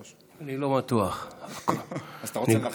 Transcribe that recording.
אני לא רוצה להשאיר אותך במתח,